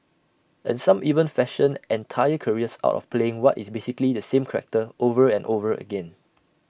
and some even fashion entire careers out of playing what is basically the same character over and over again